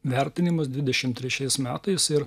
vertinimas dvidešimt trečiais metais ir